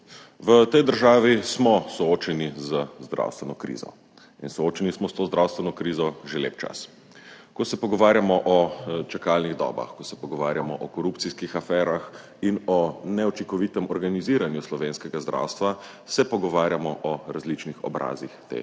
V tej državi smo soočeni z zdravstveno krizo, in soočeni smo s to zdravstveno krizo že lep čas. Ko se pogovarjamo o čakalnih dobah, ko se pogovarjamo o korupcijskih aferah in o neučinkovitem organiziranju slovenskega zdravstva, se pogovarjamo o različnih obrazih te